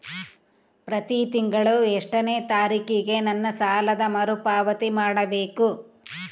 ಪ್ರತಿ ತಿಂಗಳು ಎಷ್ಟನೇ ತಾರೇಕಿಗೆ ನನ್ನ ಸಾಲದ ಮರುಪಾವತಿ ಮಾಡಬೇಕು?